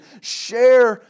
Share